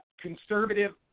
conservative